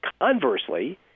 Conversely